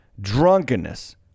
drunkenness